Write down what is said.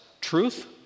truth